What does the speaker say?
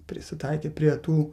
prisitaikę prie tų